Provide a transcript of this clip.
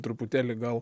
truputėlį gal